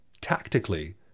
tactically